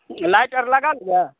light आर लगल यऽ